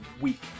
week